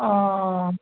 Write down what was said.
অঁ অঁ